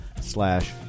slash